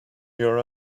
your